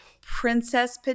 princess